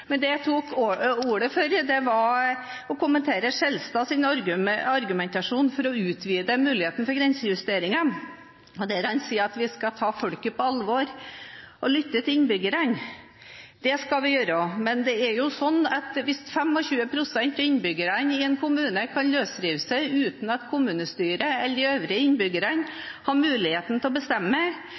Men det er jo sånn at hvis 25 pst. av innbyggerne i en kommune kan løsrive seg uten at kommunestyret eller de øvrige innbyggerne har muligheten til å bestemme,